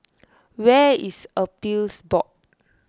where is Appeals Board